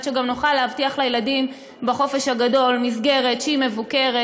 כדי שנוכל להבטיח לילדים בחופש הגדול מסגרת שהיא מבוקרת,